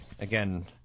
Again